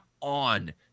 on